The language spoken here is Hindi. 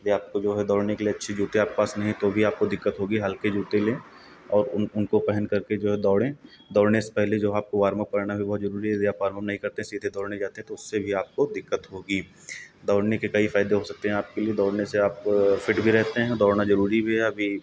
यह आपको जो है दौड़ने के लिए अच्छे जूते आपके पास नहीं है तो भी आपको दिक्कत होगी हल्के जूते लें और उन उनको पहन कर जो है दौड़ें दौड़ने से पहले जो है आपको वॉर्म अप करना बहुत ज़रूरी है यदि आप वार्म अप नहीं करते हैं सीधे दौड़ने जाते हैं तो उससे भी आपको दिक्कत होगी दौड़ने के कई फ़ायदे हो सकते हैं आपके लिए दौड़ने से आप फिट भी रहते हैं दौड़ना ज़रूरी भी है अभी